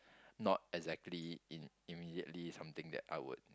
not exactly in immediately something that I would